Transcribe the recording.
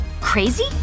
Crazy